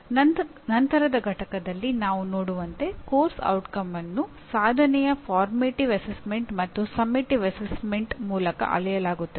ಆದ್ದರಿಂದ ಪಚಾರಿಕ ಶಿಕ್ಷಣ ಸಂಸ್ಥೆಗಳಲ್ಲಿ ಉದ್ದೇಶಾಧಾರಿತ ಕಲಿಕೆ ಈ ಮಟ್ಟಿಗೆ ನಡೆಯುತ್ತದೆ